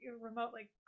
remotely